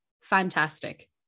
fantastic